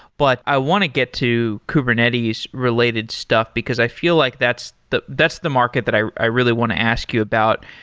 but i want to get to kubernetes related stuff, because i feel like that's the that's the market that i i really want to ask you about.